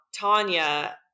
Tanya